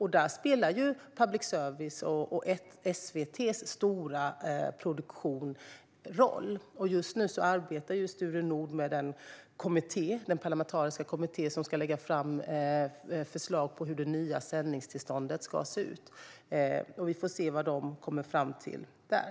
Här spelar public service och SVT:s stora produktion roll. Just nu arbetar Sture Nordh med den parlamentariska kommitté som ska lägga fram förslag till hur det nya sändningstillståndet ska se ut. Vi får se vad man kommer fram till där.